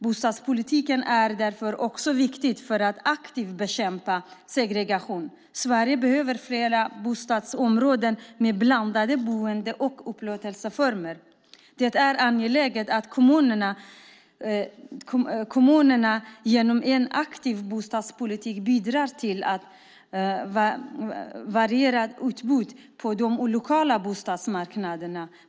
Bostadspolitiken är därför också viktig för att aktivt bekämpa segregation. Sverige behöver fler bostadsområden med blandade boende och upplåtelseformer. Det är angeläget att kommunerna genom en aktiv bostadspolitik bidrar till ett varierat utbud på de lokala bostadsmarknaderna.